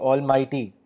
Almighty